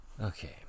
Okay